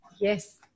Yes